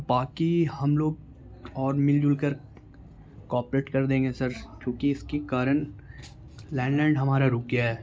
باقی ہم لوگ اور مل جل کر کوپریٹ کر دیں گے سر چونکہ اس کی کارن لینڈ لائنڈ ہمارا رک گیا ہے